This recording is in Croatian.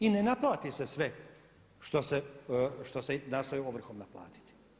I ne naplati se sve što se nastoji ovrhom naplatiti.